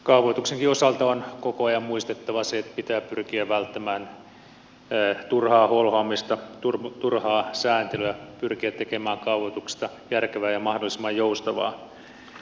kaavoituksenkin osalta on koko ajan muistettava se että pitää pyrkiä välttämään turhaa holhoamista turhaa sääntelyä pyrkiä tekemään kaavoituksista järkevää ja mahdollisimman joustavaa